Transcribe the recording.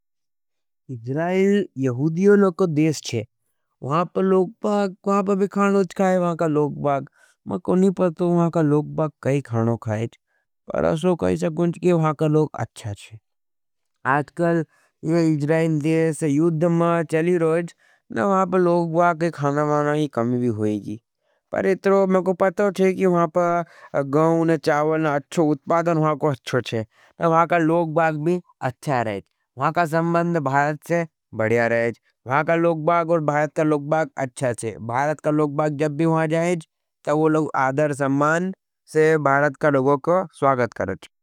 इजराईल यहूदियों ना को देश छे। वहाँ पर लोगबाग, वहाँ पर भी खानों च खाये वहाँ का लोगबाग। मैं कोनी पर तो वहाँ का लोगबाग काई खानों खाये। पर असो कही सकूँच कि वहाँ का लोग अच्छा छे। आजकल यह इजराईल देश यूद्ध में चली रोईज। न वहाँ पर लोगबाग का खाना माना ही कमी भी होईगी। पर एतरो मैं को पताओ छे कि वहाँ पर गॉँ न चावल न अच्छो उत्पादन वहाँ को अच्छो छे। तो वहाँ का लोगबाग भी अच्छा रहेज। वहाँ का सम्बन्द भारत से बढ़िया रहेज। वहाँ का लोगबाग और भारत का लोगबाग अच्छा छे। भारत का लोगबाग जब भी वहाँ जाएज। तो वह लोग आधर सम्मान से भारत का लोगो का स्वागत करेज।